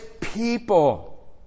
people